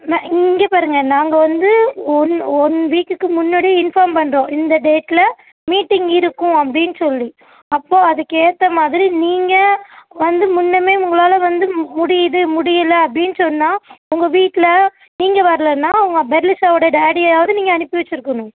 ந இங்கே பாருங்க நாங்கள் வந்து ஒன் ஒன் வீக்குக்கு முன்னாடியே இன்ஃபார்ம் பண்ணுறோம் இந்த டேட்டில் மீட்டிங் இருக்கும் அப்டின்னு சொல்லி அப்போது அதுக்கு ஏற்ற மாதிரி நீங்கள் வந்து முன்னமே உங்களால் வந்து முடியுது முடியலை அப்டின்னு சொன்னால் உங்கள் வீட்டில் நீங்க வர்லைன்னா உங்கள் பெர்லிஸாவோட டேடியையாவாது நீங்கள் அனுப்பி வச்சுருக்கணும்